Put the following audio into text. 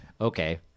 okay